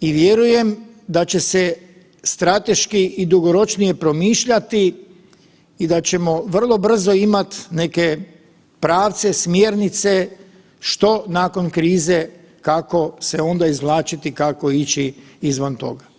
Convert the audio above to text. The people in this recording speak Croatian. i vjerujem da će se strateški i dugoročnije promišljati i da ćemo vrlo brzo imat neke pravce, smjernice što nakon krize, kako se onda izvlačiti, kako ići izvan toga.